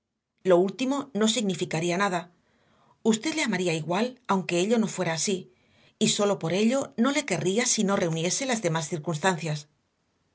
lo último no significaría nada usted le amaría igual aunque ello no fuera así y sólo por ello no le querría si no reuniese las demás circunstancias